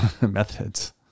Methods